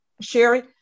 Sherry